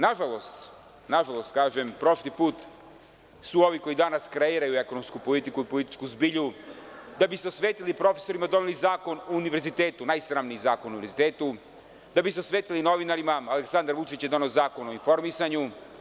Nažalost, prošli put su ovi koji danas kreiraju ekonomsku politiku i političku zbilju, da bi se osvetili profesorima, doneli Zakon o univerzitetu, najsramniji Zakon o univerzitetu, da bi se osvetili novinarima, Aleksandar Vučić je doneo Zakon o informisanju.